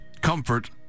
comfort